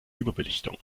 überbelichtung